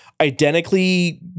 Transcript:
identically